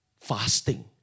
Fasting